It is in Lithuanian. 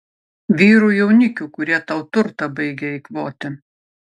vyrų jaunikių kurie tau turtą baigia eikvoti